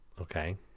Okay